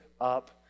up